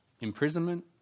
imprisonment